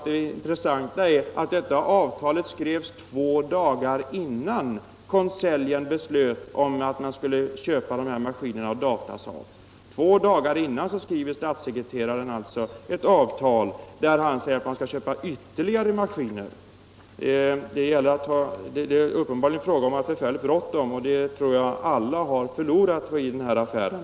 Det intressanta är att två dagar innan konseljen beslöt att man skulle köpa maskiner av Datasaab, skrev statssekreteraren detta preliminära avtal om köp av ytterligare maskiner. Man hade uppenbarligen förfärligt bråttom, och det tror jag alla har förlorat på i den här affären.